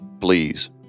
Please